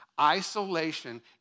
Isolation